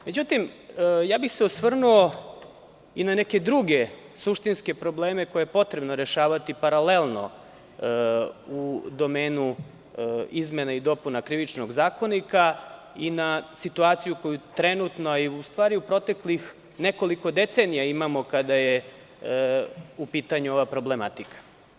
Osvrnuo bih se i na neke druge suštinske probleme koje je potrebno rešavati paralelno u domenu izmena i dopuna Krivičnog zakonika i na situaciju koju trenutno i u proteklih nekoliko decenija imamo kada je u pitanju ova problematika.